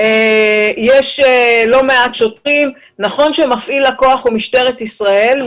נכון שמפעיל הכוח הוא משטרת ישראל.